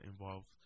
involved